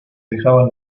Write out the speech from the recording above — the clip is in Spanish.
dejaban